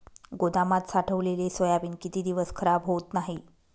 गोदामात साठवलेले सोयाबीन किती दिवस खराब होत नाही?